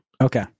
Okay